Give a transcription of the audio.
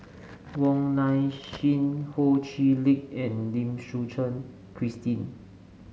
Wong Nai Chin Ho Chee Lick and Lim Suchen Christine